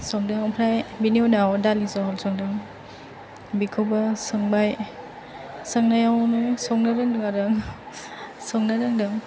संदों ओमफ्राय बिनि उनाव दालि जहल संदों बिखौबो सोंबाय सोंनायावनो संनो रोंदों आरो आं औ संनो रोंदों